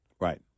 Right